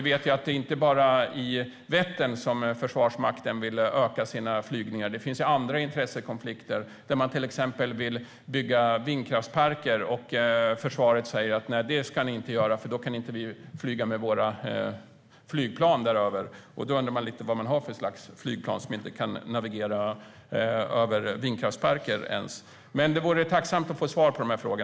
Det är inte bara vid Vättern som Försvarsmakten vill utöka sina flygningar. Det finns även andra intressekonflikter när man till exempel vill bygga vindkraftsparker och försvaret säger nej, eftersom man då inte kan flyga med sina flygplan. Då undrar man vad försvaret har för slags flygplan som inte ens kan navigera över vindkraftsparker. Jag skulle vara tacksam om jag fick svar på mina frågor.